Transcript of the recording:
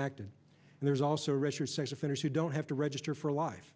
enacted and there's also richard sex offenders who don't have to register for life